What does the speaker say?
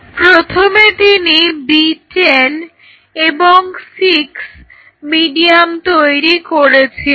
প্রথমে তিনি B10 এবং 6 মিডিয়াম তৈরি করেছিলেন